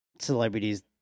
celebrities